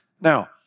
Now